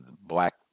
black